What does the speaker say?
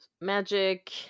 magic